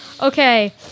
Okay